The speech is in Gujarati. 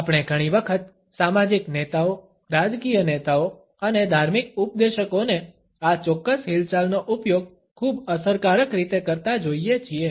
આપણે ઘણી વખત સામાજિક નેતાઓ રાજકીય નેતાઓ અને ધાર્મિક ઉપદેશકોને આ ચોક્કસ હિલચાલનો ઉપયોગ ખૂબ અસરકારક રીતે કરતા જોઈએ છીએ